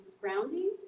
grounding